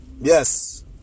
Yes